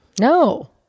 No